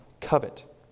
covet